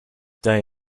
day